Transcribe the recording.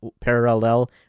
parallel